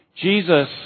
Jesus